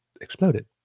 exploded